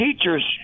teachers